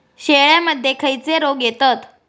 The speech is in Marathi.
शेळ्यामध्ये खैचे रोग येतत?